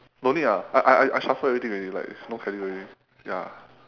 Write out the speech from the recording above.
don't need ah I I I shuffle everything already like no category ya